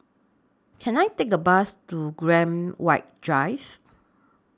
Can I Take A Bus to Graham White Drive